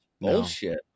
bullshit